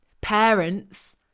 parents